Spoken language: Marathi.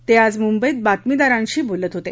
ते आज मुंबईत बातमीदारांशी बोलत होते